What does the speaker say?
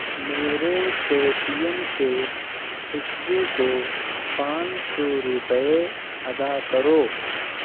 میرے Paytm سے خوشبو کو پانچ سو روپئے ادا کرو